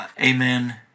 amen